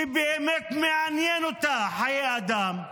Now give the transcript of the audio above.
שבאמת מעניין אותה חיי אדם,